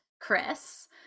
Chris